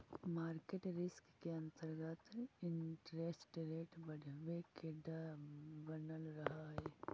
market risk के अंतर्गत interest rate बढ़वे के डर बनल रहऽ हई